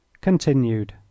continued